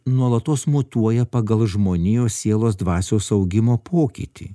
nuolatos mutuoja pagal žmonijos sielos dvasios augimo pokytį